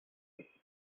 neuf